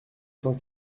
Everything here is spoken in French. cent